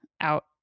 out